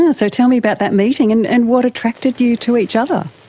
and so tell me about that meeting. and and what attracted you to each other?